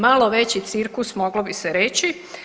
Malo veći cirkus moglo bi se reći.